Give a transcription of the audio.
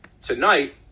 tonight